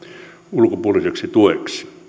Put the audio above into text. ulkopuoliseksi tueksi